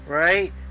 right